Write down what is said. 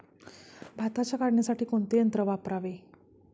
भाताच्या काढणीसाठी कोणते यंत्र वापरावे?